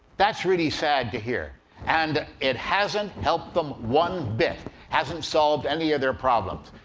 that's really sad to hear and it hasn't helped them one bit, hasn't solved any of their problems.